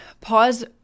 pause